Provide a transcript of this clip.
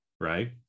Right